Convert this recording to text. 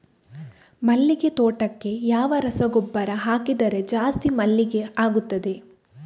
ಮಲ್ಲಿಗೆ ತೋಟಕ್ಕೆ ಯಾವ ರಸಗೊಬ್ಬರ ಹಾಕಿದರೆ ಜಾಸ್ತಿ ಮಲ್ಲಿಗೆ ಆಗುತ್ತದೆ?